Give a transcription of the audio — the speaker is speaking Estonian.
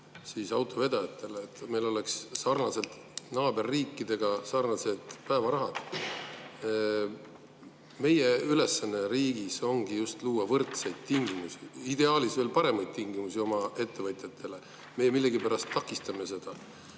autovedajatele, et meil oleks naaberriikidega sarnased päevarahad. Meie ülesanne riigis ongi just luua võrdseid tingimusi, ideaalis veel paremaid tingimusi oma ettevõtjatele. Meie millegipärast takistame seda.